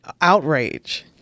Outrage